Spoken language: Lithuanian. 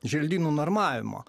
želdynų normavimo